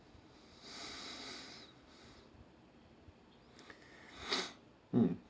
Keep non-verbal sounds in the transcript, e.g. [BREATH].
[BREATH] mm